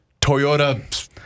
Toyota